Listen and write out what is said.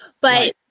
But-